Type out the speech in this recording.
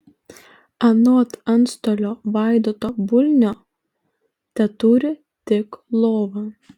anot antstolio vaidoto bulnio teturi tik lovą